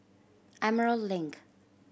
Emerald Link